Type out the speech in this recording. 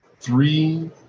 three